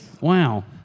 Wow